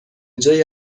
جای